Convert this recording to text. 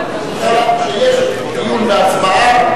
כשיש דיון והצבעה,